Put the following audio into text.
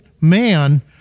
man